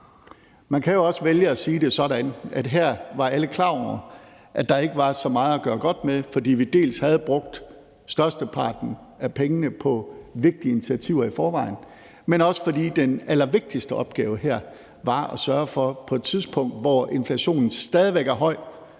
Man kan jo også vælge at sige det sådan, at her var alle klar over, at der ikke var så meget at gøre godt med, fordi vi havde brugt størsteparten af pengene på vigtige initiativer i forvejen, men også fordi den allervigtigste opgave her – på et tidspunkt, hvor inflationen stadig væk er høj,